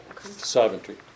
sovereignty